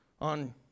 On